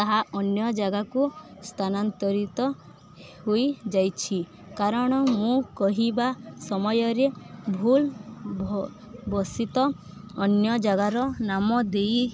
ତାହା ଅନ୍ୟ ଜାଗାକୁ ସ୍ଥାନାନ୍ତରିତ ହୋଇଯାଇଛି କାରଣ ମୁଁ କହିବା ସମୟରେ ଭୁଲ ବସତ ଅନ୍ୟ ଜାଗାର ନାମ ଦେଇ